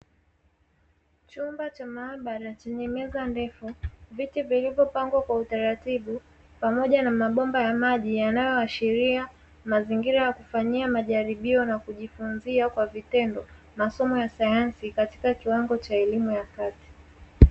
Chumba cha maabara chenye meza ndefu, viti vilivyopangwa kwa utaratibu, pamoja na mabomba ya maji yanayoashiria mazingira ya kufanyia majaribio na kujifunzia kwa vitendo masomo ya sayansi katika kiwango cha elimu ya kati.